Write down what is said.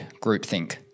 groupthink